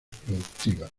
productivas